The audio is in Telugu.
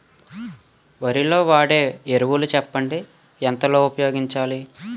వరిలో వాడే ఎరువులు చెప్పండి? ఎంత లో ఉపయోగించాలీ?